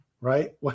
Right